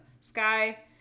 sky